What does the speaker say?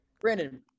Brandon